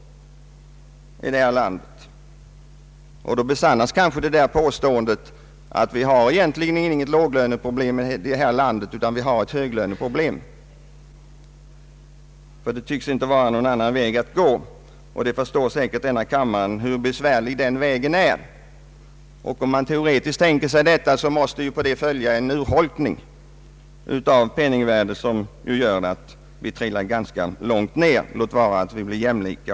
Då besannas påståendet att vi egentligen inte har något låglöneproblem här i landet utan ett höglöneproblem. Det tycks inte finnas någon annan väg att gå, och denna kammare förstår säkert hur besvärlig den vägen är. Om man teoretiskt tänker sig detta förstår var och en att det måste följas av en urholkning av penningvärdet, som gör att vi alla trillar ganska långt ned — låt vara att vi blir jämlika.